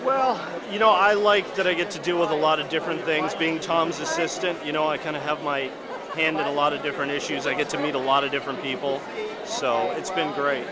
well you know i like that i get to do with a lot of different things being tom's assistant you know i kind of have my hand at a lot of different issues i get to meet a lot of different people so it's been